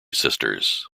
sisters